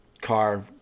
car